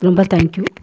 ரொம்ப thank you